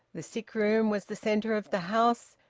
the sick-room was the centre of the house,